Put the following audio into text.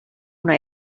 una